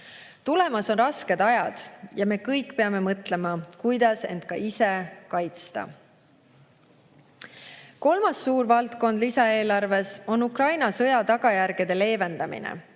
Tulemas on rasked ajad ja me kõik peame mõtlema, kuidas end ka ise kaitsta. Kolmas suur valdkond lisaeelarves on Ukraina sõja tagajärgede leevendamine,